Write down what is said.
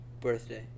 birthday